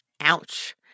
Ouch